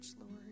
Lord